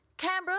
Canberra